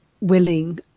willing